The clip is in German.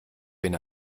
bin